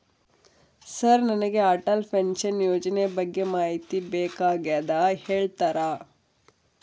Sir ನನಗೆ Atal pension ಯೋಜನೆ ಬಗ್ಗೆ ಮಾಹಿತಿ ಬೇಕಾಗ್ಯದ ಹೇಳ್ತೇರಾ?